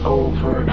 over